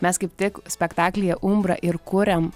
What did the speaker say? mes kaip tik spektaklyje umbra ir kuriam